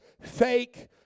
fake